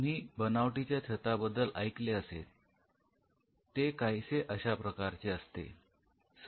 तुम्ही बनावटीच्या छताबद्दल ऐकले असेल ते काहीसे अशा प्रकारचे असते